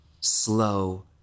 slow